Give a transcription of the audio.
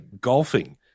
golfing